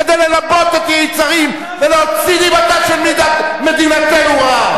כדי ללבות את היצרים ולהוציא דיבתה של מדינתנו רעה.